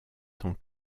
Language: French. temps